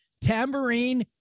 Tambourine